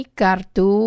kartu